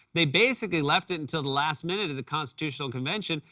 they basically left it until the last minute of the constitutional convention,